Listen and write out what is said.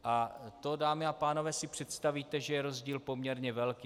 A to si, dámy a pánové, představíte, že je rozdíl poměrně velký.